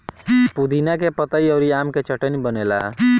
पुदीना के पतइ अउरी आम के चटनी बनेला